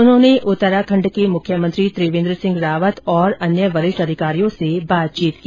उन्होंने उत्तराखंड के मुख्यमंत्री त्रिवेंद्र सिंह रावत और अन्य वरिष्ठ अधिकारियों से बातचीत की